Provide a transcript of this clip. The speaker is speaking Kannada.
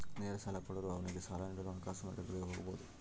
ನೇರ ಸಾಲ ಕೊಡೋರು ಅವ್ನಿಗೆ ಸಾಲ ನೀಡಲು ಹಣಕಾಸು ಮಾರ್ಕೆಟ್ಗುಳಿಗೆ ಹೋಗಬೊದು